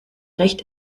recht